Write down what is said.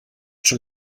schon